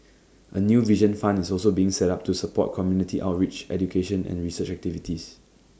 A new vision fund is also being set up to support community outreach education and research activities